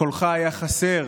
קולך היה חסר